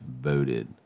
voted